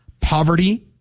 Poverty